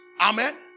Amen